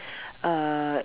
err